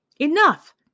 Enough